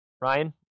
Ryan